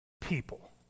people